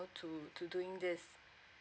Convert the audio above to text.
to to doing this